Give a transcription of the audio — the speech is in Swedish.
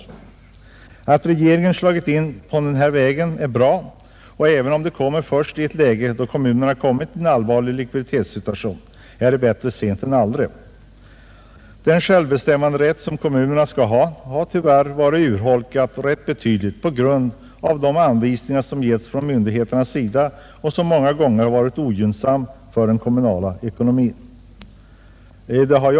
Att regeringen slagit in på denna väg är bra, och även om det sker först i ett läge då kommunerna råkat i en allvarlig likviditetssituation, är det ju bättre att komma sent än aldrig. Den självbestämmanderätt som kommunerna bör äga har tyvärr varit urholkad rätt betydligt på grund av de anvisningar som myndigheterna gett och som många gånger varit ogynnsamma för den kommunala ekonomin.